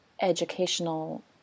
educational